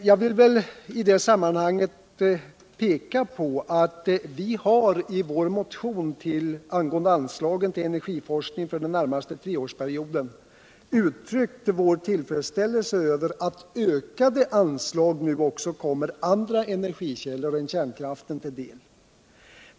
Jag vill i det sammahanget peka på att vi i vår motion angående anslagen till energilorskning för den närmaste treårsperioden har uttryckt vår tillfredsställelse över att ökade anslag nu också kommer andra energikällor än kärnkraften vill del.